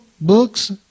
books